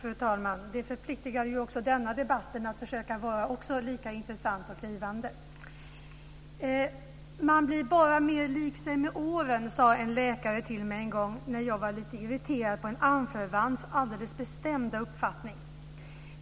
Fru talman! Det förpliktigar att denna debatt blir lika intressant och givande som den förra. "Man blir bara mer lik sig med åren", sade en läkare till mig en gång när jag var lite irriterad på en anförvants alldeles bestämda uppfattning.